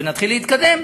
ונתחיל להתקדם.